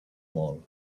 ball